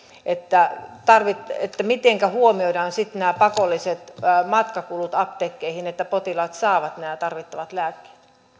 että mitenkä huomioidaan sitten nämä pakolliset matkakulut apteekkeihin että potilaat saavat nämä tarvittavat lääkkeet